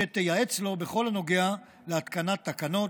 שתייעץ לו בכל הנוגע להתקנת תקנות,